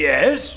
Yes